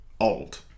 old